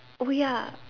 oh ya